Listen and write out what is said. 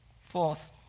Fourth